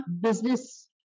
business